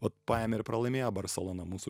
vat paėmė ir pralaimėjo barseloną mūsų